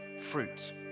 fruit